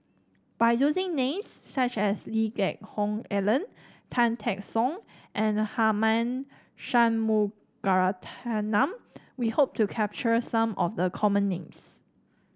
by using names such as Lee Geck Hoon Ellen Tan Teck Soon and Tharman Shanmugaratnam we hope to capture some of the common names